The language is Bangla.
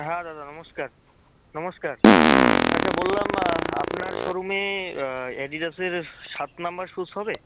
হ্যাঁ দাদা নমস্কার নমস্কার আচ্ছা বললাম আপনার শোরুমে অ্যাডিডাসের সাত নম্বর শুস হবে